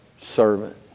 servant